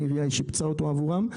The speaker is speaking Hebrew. שהעירייה שיפצה אותו בעבורם,